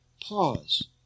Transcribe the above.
Pause